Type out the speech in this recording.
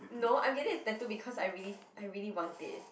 no I'm getting a tattoo because I really I really want it